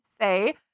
say